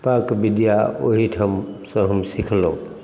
पाक विद्या ओहीठामसँ हम सीखलहुँ